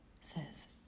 says